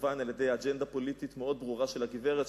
מכוון על-ידי אג'נדה פוליטית מאוד ברורה של הגברת,